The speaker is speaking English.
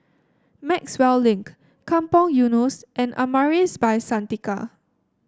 Maxwell Link Kampong Eunos and Amaris By Santika